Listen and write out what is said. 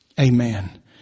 Amen